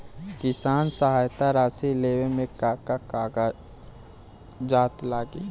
किसान सहायता राशि लेवे में का का कागजात लागी?